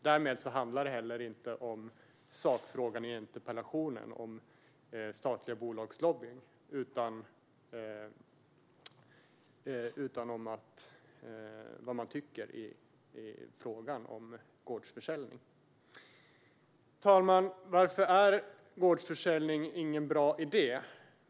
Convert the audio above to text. Därmed handlar detta inte heller om sakfrågan i interpellationen, statliga bolags lobbning, utan om vad man tycker i frågan om gårdsförsäljning. Herr talman! Varför är gårdsförsäljning ingen bra idé?